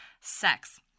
sex